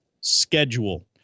schedule